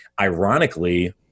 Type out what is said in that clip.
Ironically